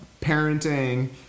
parenting